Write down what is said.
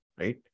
right